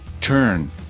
Turn